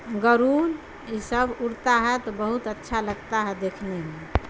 گرول یہ سب اڑتا ہے تو بہت اچھا لگتا ہے دیکھنے میں